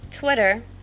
Twitter